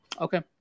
okay